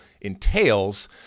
entails